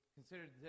considered